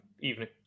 evening